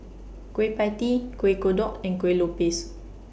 Kueh PIE Tee Kuih Kodok and Kueh Lopes